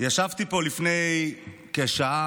ישבתי פה לפני כשעה,